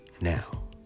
Now